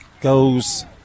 goes